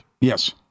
Yes